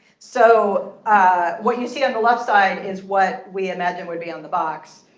so ah what you see on the left side is what we imagine would be on the box.